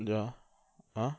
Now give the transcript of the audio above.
ya ah